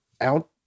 out